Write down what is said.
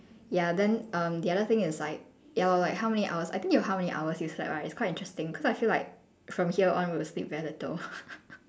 ya then err the other thing is like ya lor like how many hours I think you:有 how many hours you slept right it's quite interesting cause I feel like from here on we'll sleep very little